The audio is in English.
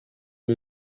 and